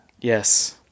Yes